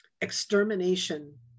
extermination